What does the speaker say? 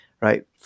right